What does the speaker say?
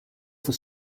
for